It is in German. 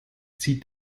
zieht